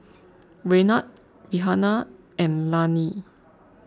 Raynard Rihanna and Lanie